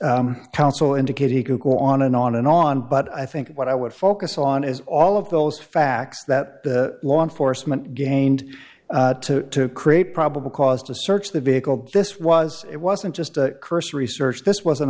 case counsel indicate he could go on and on and on but i think what i would focus on is all of those facts that the law enforcement gained to create probable cause to search the vehicle this was it wasn't just a cursory search this was